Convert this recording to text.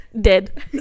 Dead